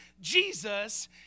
Jesus